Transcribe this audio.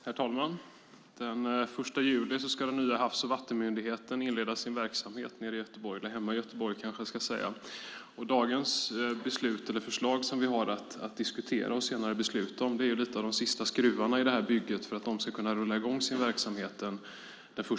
Herr talman! Den 1 juli ska den nya havs och vattenmyndigheten inleda sin verksamhet nere i Göteborg - där hemma i Göteborg, kanske jag ska säga. Dagens förslag som vi har att diskutera och senare besluta om är en av de sista skruvarna i detta bygge för att de ska kunna rulla i gång sin verksamhet den 1 juli.